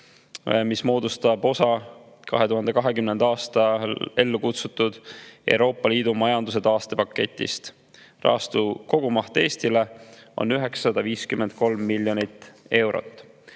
mis moodustab osa 2020. aastal ellu kutsutud Euroopa Liidu majanduse taastepaketist. Rahastuse kogumaht Eestile on 953 miljonit eurot.